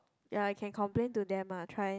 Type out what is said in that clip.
ya I can complain to them ah try